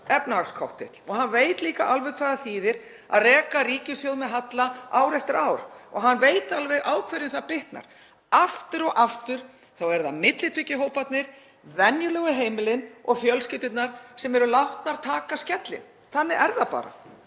efnahagskokteill. Hann veit líka alveg hvað það þýðir að reka ríkissjóð með halla ár eftir ár og hann veit alveg á hverjum það bitnar. Aftur og aftur eru það millitekjuhóparnir, venjulegu heimilin og fjölskyldurnar sem eru látnar taka skellinn. Þannig er það bara.